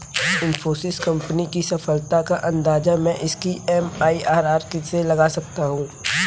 Infosys company की सफलता का अंदाजा मैं इसकी एम.आई.आर.आर से लगा सकता हूँ